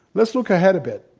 let's look ahead a bit.